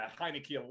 Heineke